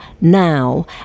now